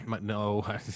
No